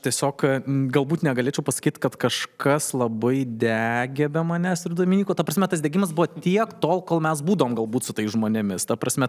tiesiog galbūt negalėčiau pasakyt kad kažkas labai degė be manęs ir dominyko ta prasme tas degimas buvo tiek tol kol mes būdavom galbūt su tais žmonėmis ta prasme